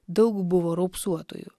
daug buvo raupsuotųjų